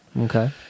Okay